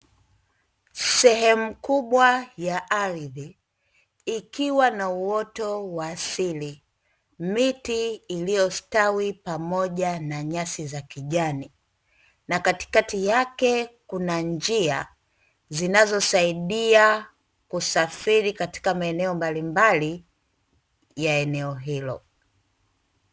Sehemu kubwa ya ardhi ikiwa na uoto wa asili, miti iliyostawi pamoja na nyasi za kijani, na katikati yake kuna njia zinazosaidia kusafiri katika maeneo mbalimbali ya eneo hilo.